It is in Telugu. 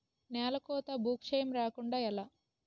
నేలకోత భూక్షయం రాకుండ ఎలా?